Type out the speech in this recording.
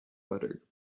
butter